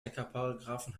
hackerparagraphen